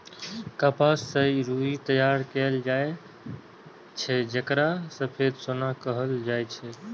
कपास सं रुई तैयार कैल जाए छै, जेकरा सफेद सोना कहल जाए छै